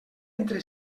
entre